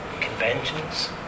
conventions